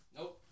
Nope